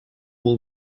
был